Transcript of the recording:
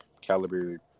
caliber